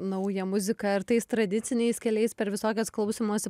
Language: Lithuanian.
naują muziką ar tais tradiciniais keliais per visokias klausymosi